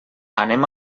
anem